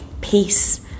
peace